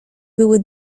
były